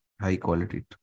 high-quality